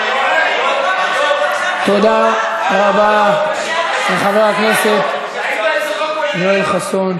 תודה רבה לחבר הכנסת יואל חסון.